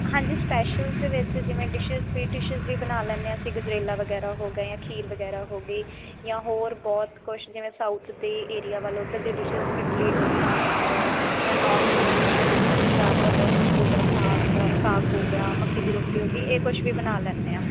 ਹਾਂਜੀ ਸਪੈਸ਼ਲ ਦੇ ਵਿੱਚ ਜਿਵੇਂ ਡਿਸ਼ਿਸ ਸਵੀਟ ਡਿਸ਼ੀਸ ਵੀ ਬਣਾ ਲੈਂਦੇ ਹਾਂ ਅਸੀਂ ਗਜਰੇਲਾ ਵਗੈਰਾ ਹੋ ਗਏ ਜਾਂ ਖੀਰ ਵਗੈਰਾ ਹੋ ਗਈ ਜਾਂ ਹੋਰ ਬਹੁਤ ਕੁਛ ਜਿਵੇਂ ਸਾਊਥ ਦੇ ਏਰੀਆ ਵੱਲ ਉੱਧਰ ਦੇ ਡਿਸ਼ੀਸ ਇਡਲੀ ਡੋਸਾ ਸਾਂਬਰ ਜਾਂ ਨੌਰਥ ਦੀਆਂ ਡਿਸ਼ੀਸ ਜਿਵੇਂ ਪੰਜਾਬ ਦਾ ਬਹੁਤ ਮਸ਼ਹੂਰ ਹੈ ਸਾਗ ਤਾਂ ਸਾਗ ਹੋ ਗਿਆ ਮੱਕੀ ਦੀ ਰੋਟੀ ਹੋ ਗਈ ਇਹ ਕੁਛ ਵੀ ਬਣਾ ਲੈਂਦੇ ਹਾਂ